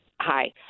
Hi